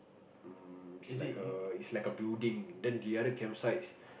um is like err is like a building then the other camp